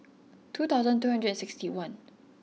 two thousand two hundred and sixty one